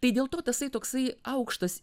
tai dėl to tasai toksai aukštas